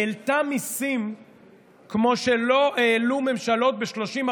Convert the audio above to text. העלתה מיסים כמו שלא העלו ממשלות ב-30,